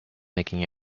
making